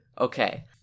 Okay